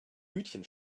hütchen